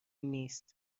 نیست